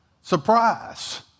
Surprise